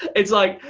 it's like,